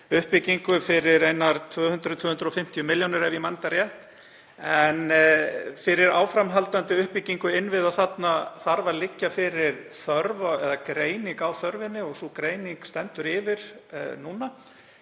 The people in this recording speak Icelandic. uppbyggingu fyrir 200 eða 250 milljónir, ef ég man rétt. En fyrir áframhaldandi uppbyggingu innviða þarna þarf að liggja fyrir greining á þörfinni og sú greining stendur yfir núna.